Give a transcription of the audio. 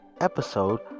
episode